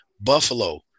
Buffalo